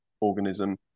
organism